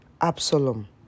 Absalom